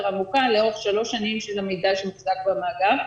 עמוקה לאורך שלוש שנים של המידע שנמצא במאגר.